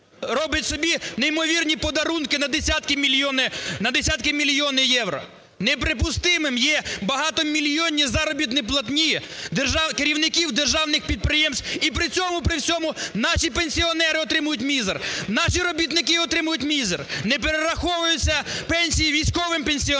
робить собі неймовірні подарунки на десятки мільйонів євро. Неприпустимим є багатомільйонні заробітні платні керівників державних підприємств. І при цьому, при всьому, наші пенсіонери отримують мізер, наші робітники отримують мізер, не перераховуються пенсії військовим пенсіонерам.